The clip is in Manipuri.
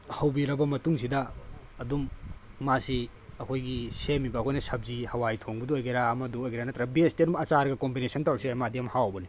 ꯍꯧꯕꯤꯔꯕ ꯃꯇꯨꯡꯁꯤꯗ ꯑꯗꯨꯝ ꯃꯥꯁꯤ ꯑꯩꯈꯣꯏꯒꯤ ꯁꯦꯝꯃꯤꯕ ꯑꯩꯈꯣꯏꯅ ꯁꯞꯖꯤ ꯍꯋꯥꯏ ꯊꯣꯡꯕꯗꯨ ꯑꯣꯏꯒꯦꯔꯥ ꯑꯃꯗ ꯑꯣꯏꯒꯦꯔꯥ ꯅꯠꯇ꯭ꯔꯒ ꯕꯦꯁꯇꯤ ꯑꯗꯨꯝ ꯑꯆꯥꯔꯒ ꯀꯣꯝꯕꯤꯅꯦꯁꯟ ꯇꯧꯔꯁꯨ ꯌꯥꯏ ꯃꯥꯗꯤ ꯌꯥꯝ ꯍꯥꯎꯕꯅꯦ